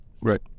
Right